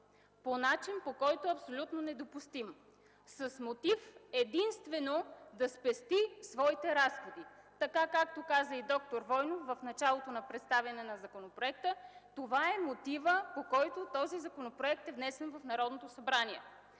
по начин, който е абсолютно недопустим с мотив единствено да спести своите разходи. Както каза и д-р Войнов в началото на представянето на законопроекта – това е мотивът, по който този законопроект е внесен в Народното събрание.